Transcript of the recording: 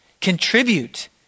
Contribute